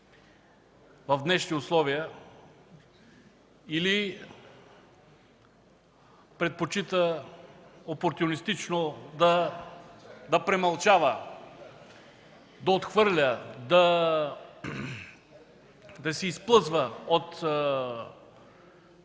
в днешни условия, или предпочита опортюнистично да премълчава, да отхвърля, да се изплъзва от сезиранията,